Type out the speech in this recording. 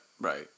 right